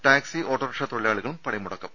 taxi auto rickshaw തൊഴിലാളികളും പണിമുടക്കും